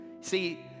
See